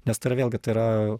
nes tai yra vėlgi tai yra